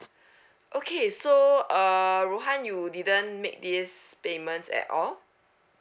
okay so uh rohan you didn't make this payment at all